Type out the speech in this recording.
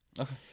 Okay